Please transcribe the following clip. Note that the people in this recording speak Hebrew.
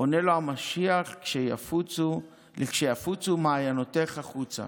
עונה לו המשיח: "לכשיפוצו מעיינותיך חוצה".